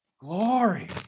Glory